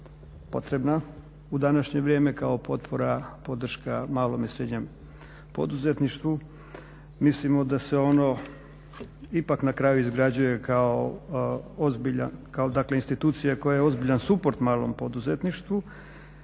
potrebna u današnje vrijeme kao potpora, podrška malom i srednjem poduzetništvu. Mislimo da se ono ipak na kraju izgrađuje kao ozbiljan, kao dakle institucije koja je ozbiljan suport malom poduzetništvu